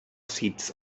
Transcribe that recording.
seats